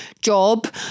job